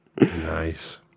nice